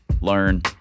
learn